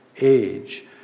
age